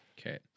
Okay